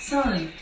Sorry